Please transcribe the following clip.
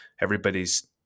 everybody's